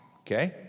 Okay